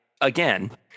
Again